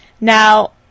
Now